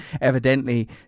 evidently